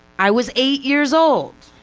i was eight years old.